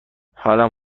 حالم